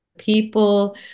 People